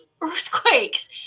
earthquakes